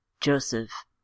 Joseph